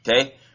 Okay